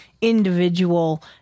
individual